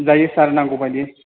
जायो सार नांगौ बायदि